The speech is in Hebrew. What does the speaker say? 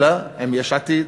אלא עם יש עתיד.